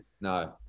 no